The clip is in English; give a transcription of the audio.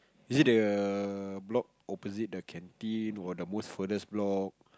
is it the block opposite the canteen or the most furthest block